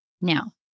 Now